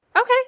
Okay